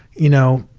you know,